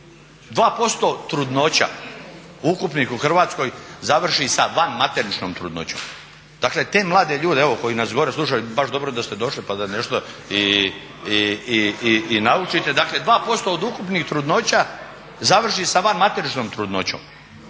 trudnoća ukupnih u Hrvatskoj završi sa van materničnom trudnoćom. Dakle, te mlade ljude, evo koji nas gore slušaju, baš dobro da ste došli pa da nešto i naučite. Dakle, 2% od ukupnih trudnoća završi sa vanmateričnom trudnoćom.